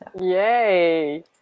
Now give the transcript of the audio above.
Yay